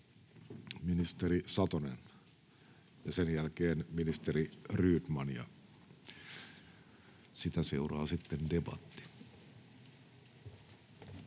Ministeri Satonen, ja sen jälkeen ministeri Rydman, ja sitä seuraa sitten debatti.